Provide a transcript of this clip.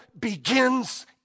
begins